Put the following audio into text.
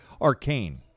arcane